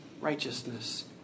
righteousness